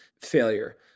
failure